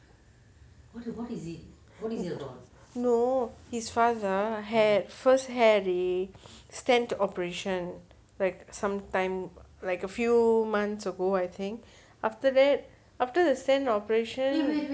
no his father had first had stand to operation like sometime like a few months ago I think after that after they send operation